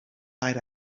died